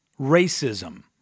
racism